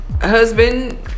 husband